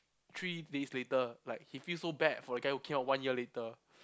three days later like he feel so bad for the guy who came out one year later